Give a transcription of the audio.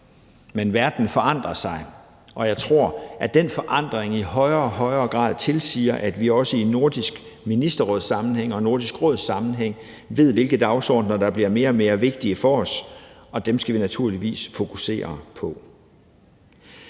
Men verden forandrer sig, og jeg tror, at den forandring i højere og højere grad tilsiger, at vi også i Nordisk Ministerråds sammenhæng og i Nordisk Råds sammenhæng ved, hvilke dagsordener der bliver mere og mere vigtige for os, og dem skal vi naturligvis fokusere på.